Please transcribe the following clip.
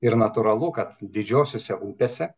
ir natūralu kad didžiosiose upėse